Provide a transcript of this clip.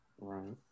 Right